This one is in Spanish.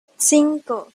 cinco